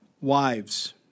Wives